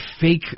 fake